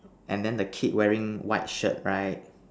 and then the kid wearing white shirt right